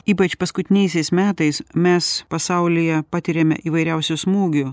ypač paskutiniaisiais metais mes pasaulyje patiriame įvairiausių smūgių